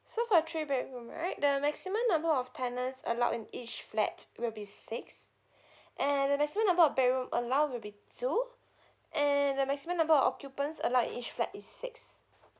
okay so for three bedroom right the maximum number of tenants allowed in each flat will be six and the maximum number of bedroom allowed will be two and the maximum number of occupants allowed in each flat is six